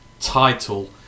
title